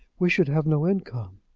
we should have no income.